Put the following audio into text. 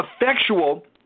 effectual